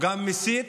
גם מסית